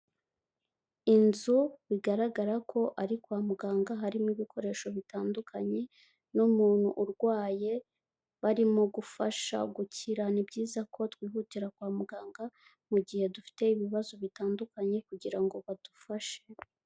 Inzu bigaragara ko ari kwa muganga, harimo ibikoresho bitandukanye n'umuntu urwaye barimo gufasha gukira. Ni byiza ko twihutira kwa muganga mu gihe dufite ibibazo bitandukanye kugira ngo badufashe.